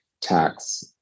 tax